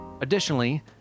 Additionally